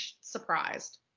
surprised